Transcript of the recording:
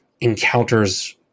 encounters